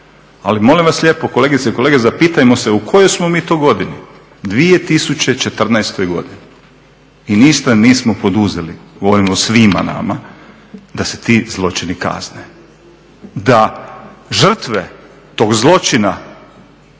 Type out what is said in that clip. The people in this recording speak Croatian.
Ali molim vas lijepo kolegice i kolege zapitajmo se u kojoj smo mi to godini? 2014. godini. I ništa nismo poduzeli, govorim o svima nama, da se ti zločini kazne. Da žrtve tog zločina